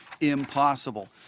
impossible